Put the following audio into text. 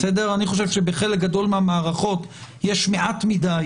אני חושב שבחלק גדול מן המערכות יש מעט מדי